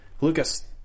Lucas